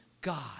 God